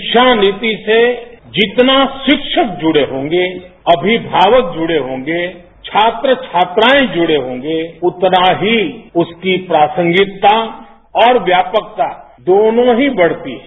शिक्षा नीति से जितना शिक्षक जुड़े होंगे अभिमावक जुड़े होंगे छात्र छात्राएं जुड़े होंगे उतना ही उसकी प्रासंगिकता और व्यापकता दोनों ही बढ़ती है